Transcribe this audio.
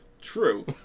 True